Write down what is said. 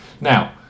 Now